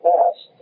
Past